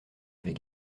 avait